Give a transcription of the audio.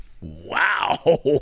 Wow